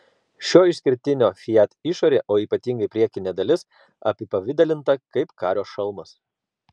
šio išskirtinio fiat išorė o ypatingai priekinė dalis apipavidalinta kaip kario šalmas